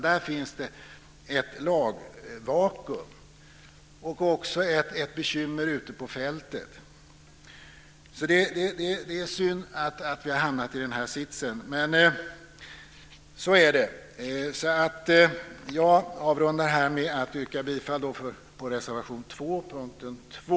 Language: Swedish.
Där finns ett lagvakuum och även ett bekymmer ute på fältet. Det är synd att vi har hamnat i den här sitsen, men så är det. Jag avrundar här med att yrka bifall till reservation 2 under punkt 2.